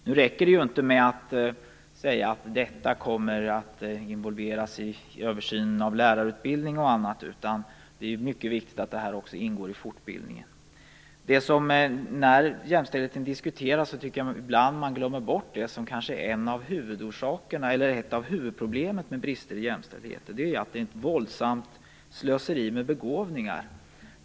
Det räcker inte med att säga att det här kommer att involveras i översynen av lärarutbildning och annat. Det är mycket viktigt att det här också ingår i fortbildningen. När jämställdheten diskuteras glömmer man ibland bort ett av huvudproblemen med en bristande jämställdhet, nämligen att det är ett våldsamt slöseri med begåvningar.